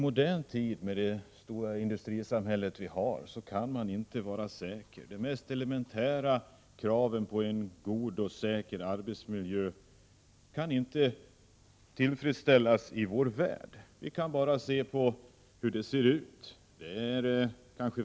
Herr talman! I dagens industrisamhälle kan man inte vara säker. De mest elementära kraven på en god och säker arbetsmiljö kan inte tillfredsställas. Vi kan bara se på hur det ser ut i vår värld.